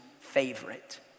favorite